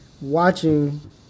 watching